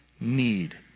need